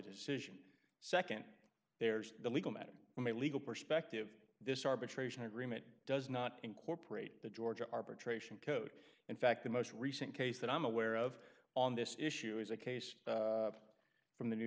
decision nd there's the legal matter from a legal perspective this arbitration agreement does not incorporate the georgia arbitration code in fact the most recent case that i'm aware of on this issue is a case from the new